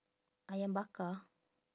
ayam bakar